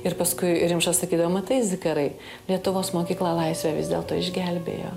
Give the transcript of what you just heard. ir paskui rimša sakydavo matai zikarai lietuvos mokykla laisvę vis dėlto išgelbėjo